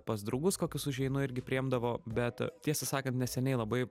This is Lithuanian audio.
pas draugus kokius užeinu irgi priimdavo bet tiesą sakant neseniai labai